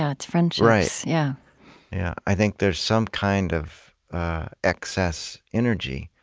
ah it's friendships right, yeah yeah i think there's some kind of excess energy.